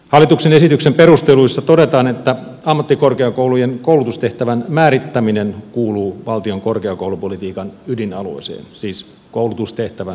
hallituksen esityksen perusteluissa todetaan että ammattikorkeakoulujen koulutustehtävän määrittäminen kuuluu valtion korkeakoulupolitiikan ydinalueeseen siis koulutustehtävän määrittäminen